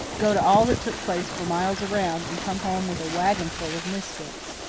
go to all that took place for miles around, and come home with a wagonful of misfits.